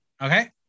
Okay